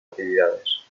actividades